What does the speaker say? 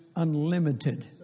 Unlimited